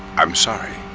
i'm sorry,